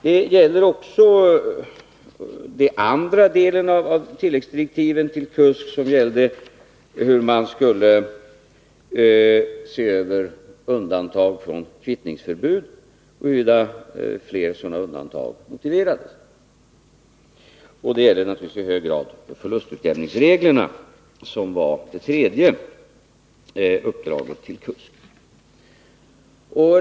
Det gäller också den andra delen av tilläggsdirektiven till KUSK, där det redogörs för hur man skall se över bestämmelserna om undantag beträffande kvittningsförbud och frågan om huruvida flera sådana undantag är motiverade. Det gäller också i hög grad förlustutjämningsreglerna. Att se över dessa var det tredje uppdraget till KUSK.